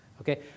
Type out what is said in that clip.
Okay